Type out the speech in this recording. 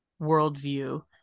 worldview